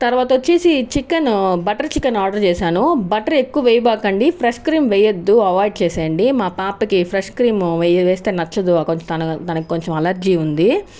తర్వాత వచ్చి chicken butter chicken order చేశాను బట్టర్ ఎక్కువ వేయకండి ఫ్రెష్ క్రీమ్ వేయద్దు అవాయిడ్ చేయండి మా పాపకి ఫ్రెష్ క్రీమ్ వేస్తే నచ్చదు తనకు తనకు కొంచెం ఎలర్జీ ఉంది